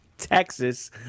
Texas